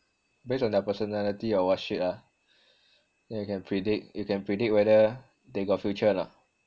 based on their personality or what shit ah then you can predict you can predict whether they got future or not